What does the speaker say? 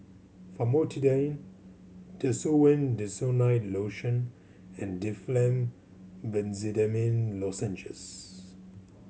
Famotidine Desowen Desonide Lotion and Difflam Benzydamine Lozenges